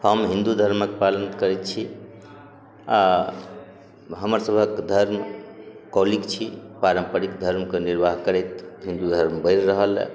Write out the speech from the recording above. हम हिन्दू धर्मक पालन करैत छी आ हमर सभक धर्म कौलिक छी पारम्परिक धर्मके निर्वाह करैत हिन्दू धर्म बढ़ि रहल हँ